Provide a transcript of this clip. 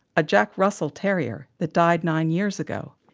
a jack russell terrier that died nine years ago.